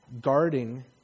guarding